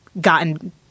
gotten